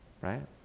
right